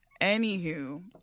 Anywho